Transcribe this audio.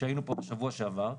כשהיינו פה בשבוע שעבר,